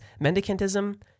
mendicantism